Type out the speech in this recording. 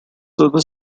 silver